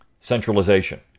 centralization